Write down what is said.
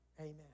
Amen